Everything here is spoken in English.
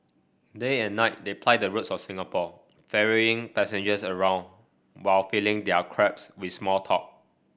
day and night they ply the roads of Singapore ferrying passengers around while filling their cabs with small talk